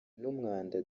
n’umwanda